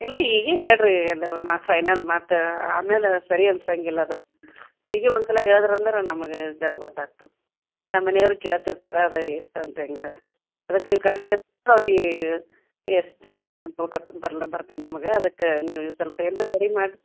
ಇಲ್ಲಿ ಈಗ್ಲೇ ಹೇಳಿ ರೀ ಫೈನಲ್ ಮಾತು ಆಮ್ಯಾಲೆ ಸರಿ ಅನ್ಸಂಗಿಲ್ಲ ಅದು ಈಗ್ಲೇ ಒಂದು ಸಲ ಹೇಳ್ದ್ರಿ ಅಂದ್ರೆ ನಮಗೆ ಜರಾ ಗೊತ್ತಾಗ್ತದೆ ನಮ್ಮ ಮನೆಯೋರು ಕೇಳ್ತಿರ್ತರೆ ರೈ ಎಷ್ಟು ಅಂತ ಹೆಂಗ ಅದಕ್ಕೆ ನೀವು ಕರೆಕ್ಟ್ ಅವ್ರಿಗೆ ಎಸ್ಟಿಮೆಂಟ್ ಬರ್ಲ ಬರ್ತದೆ ನಮಗೆ ಅದಕ್ಕೆ ನೀವು ಸ್ವಲ್ಪ್ ಏನಾರ ಕಡಿಮೆ ಮಾಡಿರಿ